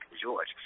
George